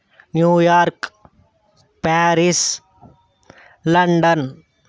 New York Paris London